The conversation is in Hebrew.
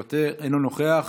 אינו נוכח,